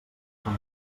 fan